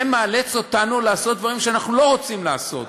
זה מאלץ אותנו לעשות דברים שאנחנו לא רוצים לעשות.